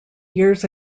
years